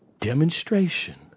demonstration